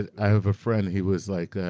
i have a friend who was like,